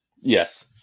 Yes